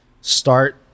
start